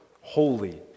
holy